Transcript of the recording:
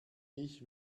ich